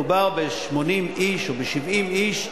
מדובר ב-80 איש או ב-70 איש,